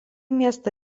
miestą